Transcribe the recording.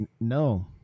No